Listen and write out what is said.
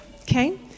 Okay